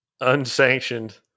unsanctioned